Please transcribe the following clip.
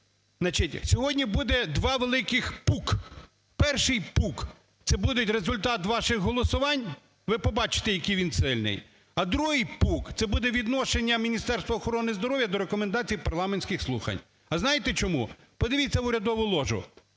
Значить, сьогодні буде два великих "пук". Першій пук, це буде результат ваших голосувань, ви побачити, який він сильний. А другий пук, це буде відношення Міністерства охорони здоров'я до рекомендацій парламентських слухань. А знаєте, чому? Подивіться в урядову ложу.